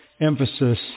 emphasis